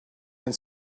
and